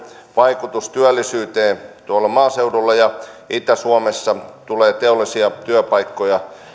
vaikutus työllisyyteen tuolla maaseudulla ja itä suomessa tulee teollisia työpaikkoja